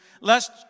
lest